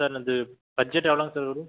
sir அது budget எவ்வளோங்க sir வரும்